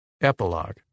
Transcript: Epilogue